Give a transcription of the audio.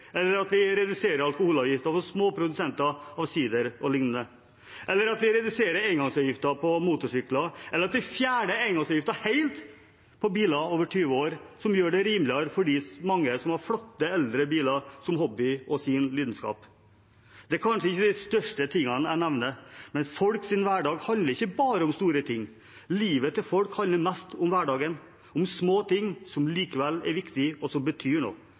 eller at vi reduserer alkoholavgiften for små produsenter av sider o.l., eller at vi reduserer engangsavgiften på motorsykler, eller at vi fjerner engangsavgiften helt på biler som er eldre enn 20 år, som gjør det rimeligere for de mange som har flotte eldre biler som hobby og lidenskap. Det er kanskje ikke de største tingene jeg nevner, men folks hverdag handler ikke bare om store ting, livet til folk handler mest om hverdagen – små ting som likevel er viktige, og som betyr noe.